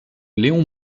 léon